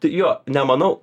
tai jo ne manau